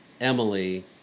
Emily